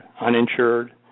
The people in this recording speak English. uninsured